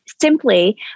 simply